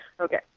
okay